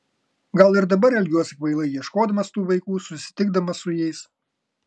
gal ir dabar elgiuosi kvailai ieškodamas tų vaikų susitikdamas su jais